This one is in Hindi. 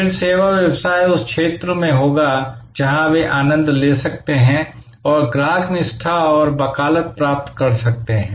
फिर सेवा व्यवसाय उस क्षेत्र में होगा जहां वे आनंद ले सकते हैं और ग्राहक निष्ठा और वकालत प्राप्त कर सकते हैं